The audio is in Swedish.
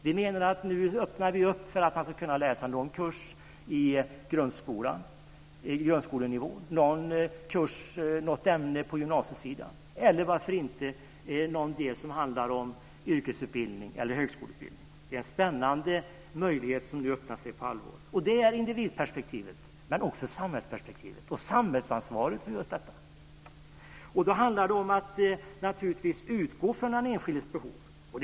Vi menar att vi nu öppnar för att man ska kunna läsa en kurs på grundskolenivå, något ämne på gymnasiesidan eller varför inte någon del som handlar om yrkesutbildning eller är på högskolenivå. Det är en spännande möjlighet som nu öppnar sig på allvar. Det är individperspektivet som gäller, men också samhällsperspektivet och samhällsansvaret för just detta. Då handlar det naturligtvis om att utgå från den enskildes behov.